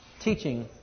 teaching